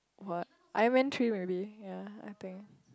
what I went three maybe yea I think